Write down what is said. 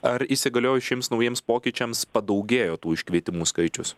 ar įsigaliojus šiems naujiems pokyčiams padaugėjo tų iškvietimų skaičius